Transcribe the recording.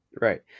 right